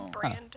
brand